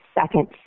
second